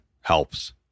helps